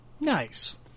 Nice